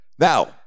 Now